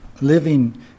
living